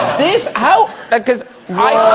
this how that goes